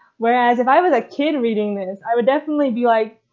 whereas if i was a kid reading this, i would definitely be like,